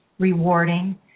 rewarding